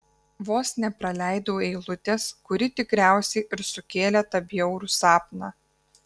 vos nepraleidau eilutės kuri tikriausiai ir sukėlė tą bjaurų sapną